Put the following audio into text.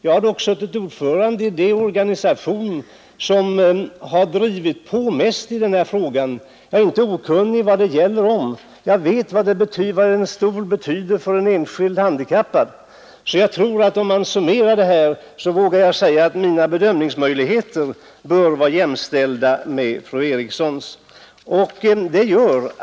Jag har suttit ordförande i den organisation som har drivit på mest i den här frågan, och jag är inte okunnig om förhållandena. Jag vet vad en rullstol betyder för den enskilde handikappade. Och om man gör en summering vågar jag säga att mina bedömningsmöjligheter bör vara lika goda som fru Erikssons.